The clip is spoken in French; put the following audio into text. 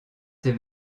ses